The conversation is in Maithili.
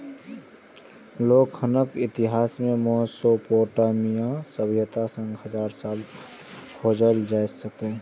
लेखांकनक इतिहास मोसोपोटामिया सभ्यता सं हजार साल पहिने सं खोजल जा सकै छै